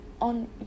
on